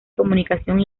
comunicación